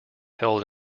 held